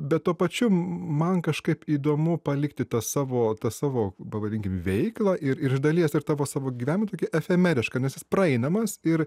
bet tuo pačiu man kažkaip įdomu palikti tą savo tą savo pavadinkim veiklą ir iš dalies ir tą va savo gyvenimą tokį efemerišką nes jis praeinamas ir